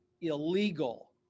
illegal